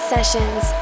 Sessions